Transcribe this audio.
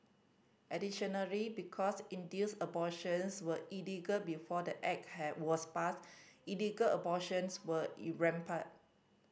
additionally because induced abortions were illegal before the Act has was passed illegal abortions were in rampant